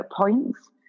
points